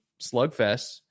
slugfest